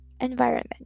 environment